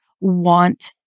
want